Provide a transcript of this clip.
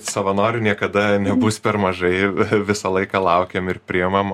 savanorių niekada nebus per mažai visą laiką laukiam ir priimam